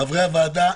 חברי הוועדה,